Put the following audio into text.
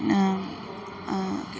okay